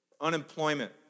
unemployment